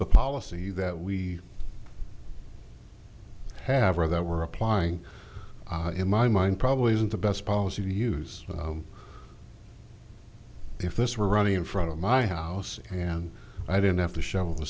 the policy that we have or that we're applying in my mind probably isn't the best policy to use if this were running in front of my house and i didn't have to shovel the